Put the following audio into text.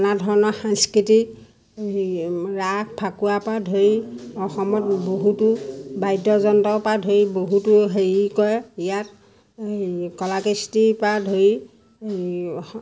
নানা ধৰণৰ সাংস্কৃতিক ৰাস ফাকুৱাৰ পৰা ধৰি অসমত বহুতো বাদ্যযন্ত্ৰৰ পৰা ধৰি বহুতো হেৰি কৰে ইয়াত কলাকৃষ্টিৰ পৰা ধৰি এই